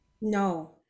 no